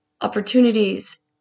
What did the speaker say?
opportunities